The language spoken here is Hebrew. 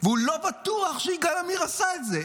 הוא לא בטוח שיגאל עמיר עשה את זה,